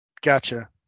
Gotcha